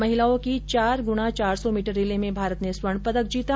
महिलाओं की चार गुणा चार सौ मीटर रिले में भारत ने स्वर्ण पदक जीता